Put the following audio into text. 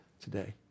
today